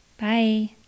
Bye